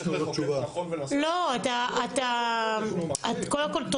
קודם כל,